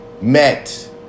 met